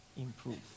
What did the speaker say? improve